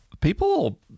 people